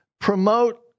promote